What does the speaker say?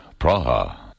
Praha